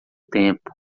tempo